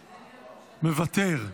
מוותר.